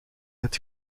het